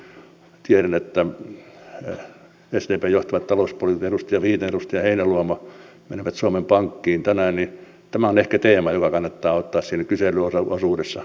kun tiedän että sdpn johtavat talouspolitiikan edustajat viitanen ja heinäluoma menevät suomen pankkiin tänään niin tämä on ehkä teema joka kannattaa ottaa siellä kyselyosuudessa esille